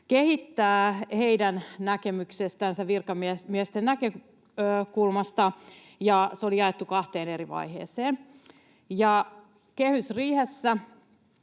tulisi kehittää virkamiesten näkökulmasta, ja se oli jaettu kahteen eri vaiheeseen. Kehysriihessä